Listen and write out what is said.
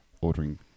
ordering